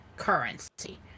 currency